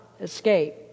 escape